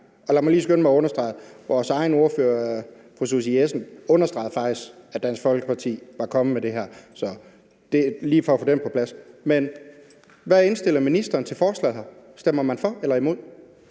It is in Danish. lad mig lige skynde mig at understrege, at vores egen ordfører, fru Susie Jessen, faktisk understregede, at Dansk Folkeparti var kommet med det her, så det var bare for lige at få den på plads: Hvad er ministerens stillingtagen til forslaget her? Stemmer man for, eller